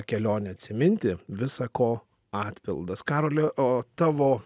kelionę atsiminti visa ko atpildas karoli o tavo